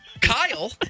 Kyle